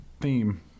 theme